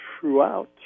throughout